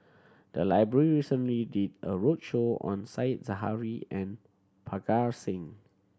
the library recently did a roadshow on Said Zahari and Parga Singh